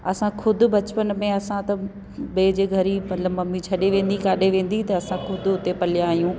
असां खुदि बचपन में असां त ॿिए जे घर ई मतिलबु ममी छॾे वेंदी किथे वेंदी त असां खुदि पलिया आहियूं